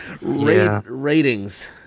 Ratings